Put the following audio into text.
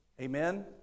Amen